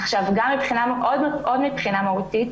עוד דבר מבחינה מהותית.